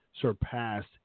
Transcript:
surpassed